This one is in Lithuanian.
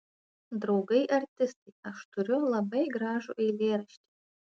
draugai artistai aš turiu labai gražų eilėraštį